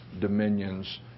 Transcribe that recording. dominions